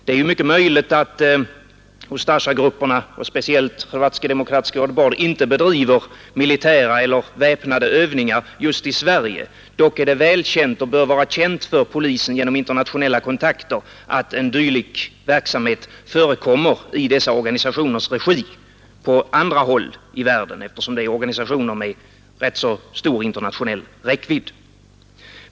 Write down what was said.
Det är mycket möjligt att Ustasjagrupperna och speciellt Hrvatski Demokratski Odbor inte driver militära eller väpnade övningar just i Sverige. Dock är det välkänt och bör vara känt för polisen genom internationella kontakter att en dylik verksamhet förekommer i dessa organisationers regi på andra håll i världen, eftersom det är organisationer med rätt så stor internationell räckvidd.